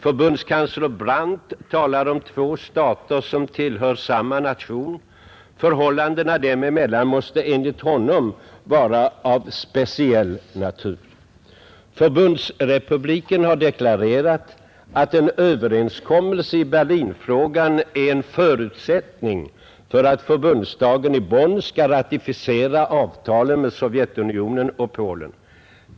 Förbundskansler Brandt talar om två stater som tillhör samma nation. Förhållandena dem emellan måste enligt honom vara av speciell natur. Förbundsrepubliken har deklarerat att en överenskommelse i Berlin frågan är en förutsättning för att förbundsdagen i Bonn skall ratificera avtalen med Sovjetunionen och Polen.